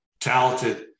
talented